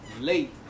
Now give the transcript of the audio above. late